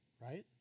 right